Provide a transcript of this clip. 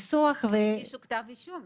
הגישו כתב אישום.